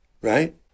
right